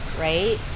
Right